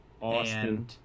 Austin